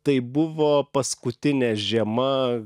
tai buvo paskutinė žiema